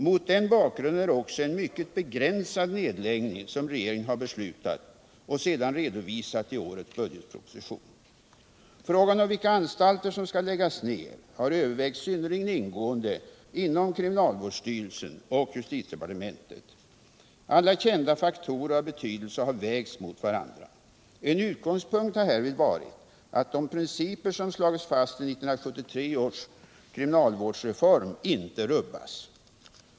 Mot den bakgrunden är det också en mycket begränsad nedläggning som regeringen har beslutat och sedan redovisat i årets budgetproposition. Frågan om vilka anstalter som skall läggas ner har övervägts synnerligen ingående inom kriminalvårdsstyrelsen och justitiedepartementet. Alla kända faktorer av betydelse har vägts mot varandra. En utgångspunkt har därvid naturligtvis varit att de principer som slagits fast i 1973 års kriminalvårdsreform inte rubbas.